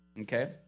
okay